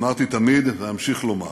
אמרתי תמיד ואמשיך לומר: